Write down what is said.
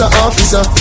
officer